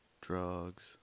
drugs